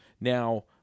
Now